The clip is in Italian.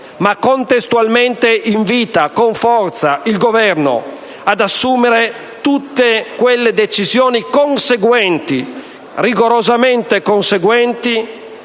ma contestualmente invita con forza il Governo ad assumere tutte quelle decisioni rigorosamente conseguenti